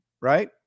right